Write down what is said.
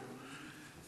תודה.